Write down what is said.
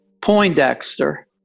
Poindexter